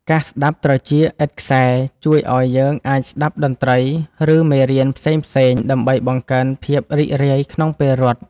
កាសស្ដាប់ត្រចៀកឥតខ្សែជួយឱ្យយើងអាចស្ដាប់តន្ត្រី ឬមេរៀនផ្សេងៗដើម្បីបង្កើនភាពរីករាយក្នុងពេលរត់។